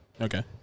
Okay